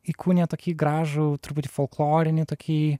įkūnija tokį gražų truputį folklorinį tokį